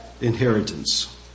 inheritance